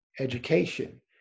education